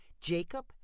Jacob